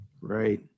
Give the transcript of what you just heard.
Right